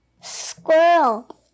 Squirrel